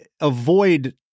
avoid